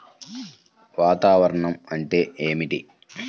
వాతావరణం అంటే ఏమిటి?